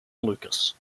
lucas